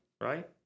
right